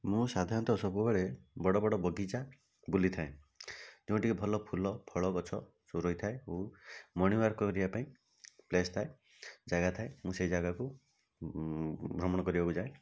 ମୁଁ ସାଧାରଣତଃ ସବୁବେଳେ ବଡ଼ ବଡ଼ ବଗିଚା ବୁଲିଥାଏ ଯେଉଁଠିକି ଭଲ ଫୁଲ ଫଳ ଗଛ ସବୁ ରହିଥାଏ ଓ ମର୍ଣ୍ଣିଂୱାକ କରିବାପାଇଁ ପ୍ଲେସ୍ ଥାଏ ଜାଗା ଥାଏ ମୁଁ ସେଇ ଜାଗାକୁ ଭ୍ରମଣ କରିବାକୁ ଯାଏ